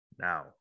Now